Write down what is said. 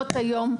במעונות היום.